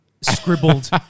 Scribbled